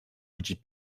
outils